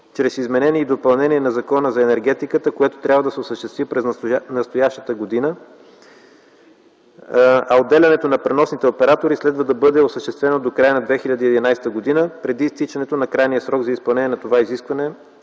чрез изменение и допълнение на Закона за енергетиката, което трябва да се осъществи през настоящата година, а отделянето на преносните оператори следва да бъде осъществено до края на 2011 г., преди изтичането на крайния срок за изпълнението на това изискване